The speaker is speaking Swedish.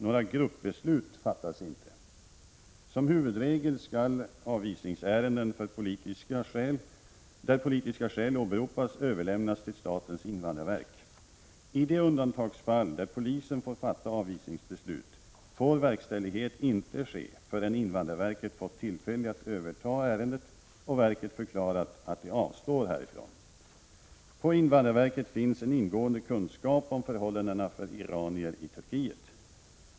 Några gruppbeslut fattas inte. Som huvudregel skall avvisningsärenden där politiska skäl åberopas överlämnas till statens invandrarverk. I de undantagsfall där polisen får fatta avvisningsbeslut får verkställighet inte ske förrän invandrarverket fått tillfälle att överta ärendet och verket förklarat att det avstår härifrån. På invandrarverket finns en ingående kunskap om förhållandena för iranier i Turkiet.